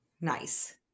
nice